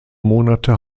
monate